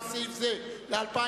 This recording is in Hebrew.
אושר סעיף זה ל-2009.